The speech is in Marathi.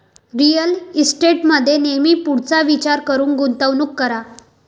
रिअल इस्टेटमध्ये नेहमी पुढचा विचार करून गुंतवणूक करा